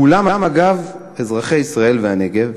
כולם, אגב, אזרחי ישראל והנגב.